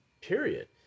Period